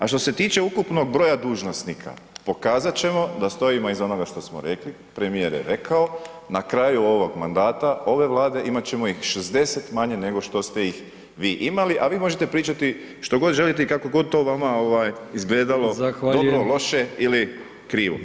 A što se tiče ukupnog broja dužnosnika, pokazat ćemo da stojimo iza onoga što smo rekli, premijer je rekao, na kraju mandata ove Vlade imat ćemo ih 60 manje nego što ste ih vi imali a vi možete pričati što god želite i kako god to vama izgledalo dobro, loše ili krivo.